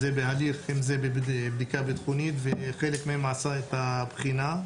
זה בבדיקה ביטחונית וחלק מהם עשה את הבחינה.